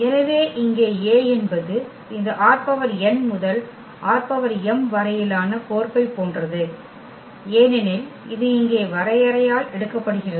எனவே இங்கே A என்பது இந்த ℝn முதல் ℝm வரையிலான கோர்ப்பை போன்றது ஏனெனில் இது இங்கே வரையறையால் எடுக்கப்படுகிறது